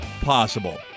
Possible